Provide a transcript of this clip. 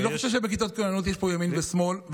אני לא חושב שבכיתות כוננות יש ימין ושמאל,